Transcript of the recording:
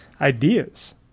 Ideas